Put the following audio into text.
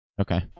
Okay